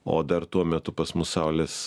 o dar tuo metu pas mus saulės